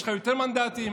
יש לך יותר מנדטים.